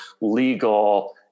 legal